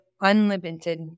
unlimited